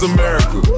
America